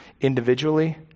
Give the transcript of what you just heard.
individually